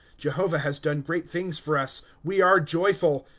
jehovah has done great things for us we are joyful.